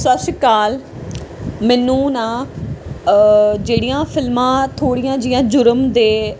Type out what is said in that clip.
ਸਤਿ ਸ਼੍ਰੀ ਅਕਾਲ ਮੈਨੂੰ ਨਾ ਜਿਹੜੀਆਂ ਫਿਲਮਾਂ ਥੋੜ੍ਹੀਆਂ ਜਿਹੀਆਂ ਜੁਰਮ ਦੇ